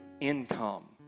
income